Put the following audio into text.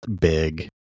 big